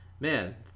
man